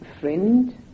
friend